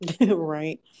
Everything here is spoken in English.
right